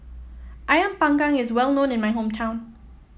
ayam panggang is well known in my hometown